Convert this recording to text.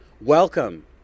welcome